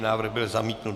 Návrh byl zamítnut.